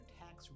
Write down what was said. tax